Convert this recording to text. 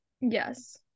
Yes